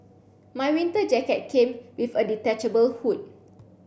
my winter jacket came with a detachable hood